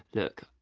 look,